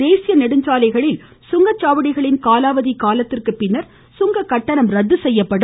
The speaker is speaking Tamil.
தேசிய நெடுஞ்சாலைகளில் சுங்கச்சாவடிகளின் காலாவதி காலத்திற்கு பின்னர் சுங்க கட்டணம் ரத்து செய்யப்படும்